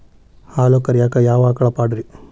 ಹಾಲು ಕರಿಯಾಕ ಯಾವ ಆಕಳ ಪಾಡ್ರೇ?